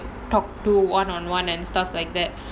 talk to one on one and stuff like that